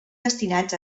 destinats